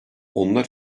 onlar